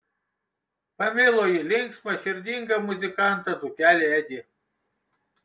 pamilo ji linksmą širdingą muzikantą dzūkelį edį